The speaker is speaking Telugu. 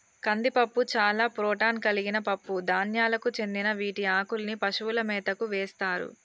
కందిపప్పు చాలా ప్రోటాన్ కలిగిన పప్పు ధాన్యాలకు చెందిన వీటి ఆకుల్ని పశువుల మేతకు వేస్తారు